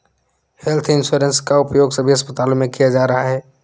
health insurance का उपयोग सभी अस्पतालों में किया जा रहा है